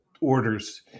orders